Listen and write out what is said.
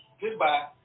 Goodbye